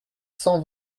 cent